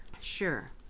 Sure